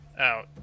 out